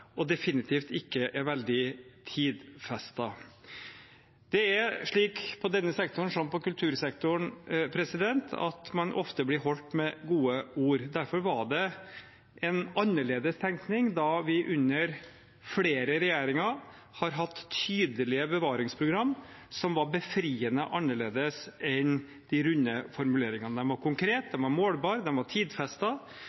og definitivt ikke veldig tidfestet. Det er slik i denne sektoren, som i kultursektoren, at man ofte blir holdt med gode ord. Derfor var det en annerledes tenkning da vi under flere regjeringer hadde tydelige bevaringsprogrammer som var befriende annerledes enn de runde formuleringene. De var konkrete, de